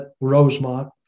Rosemont